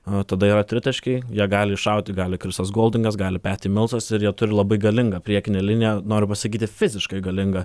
a tada yra tritaškiai jie gali iššauti gali krisas goldingas gali peti milsas ir jie turi labai galingą priekinę liniją noriu pasakyti fiziškai galingą